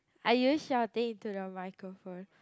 are you shouting into the microphone